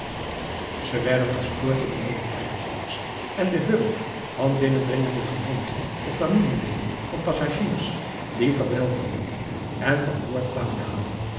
ze werden gestoord door medepassagiers en de hurry van binnendringende verwanten of familieleden van passagiers die verwelkomden en van boord kwamen halen